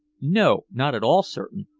no, not at all certain.